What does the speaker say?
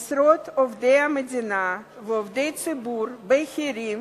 עשרות עובדי המדינה ועובדי ציבור בכירים